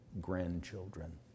grandchildren